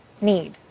need